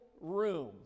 room